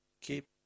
keep